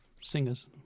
Singers